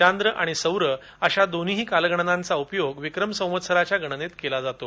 चांद्र आणि सौर अशा दोन्हीही कालगणनाचा उपयोग विक्रम सवत्सराच्या गणनेत केला जातो